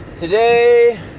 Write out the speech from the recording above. Today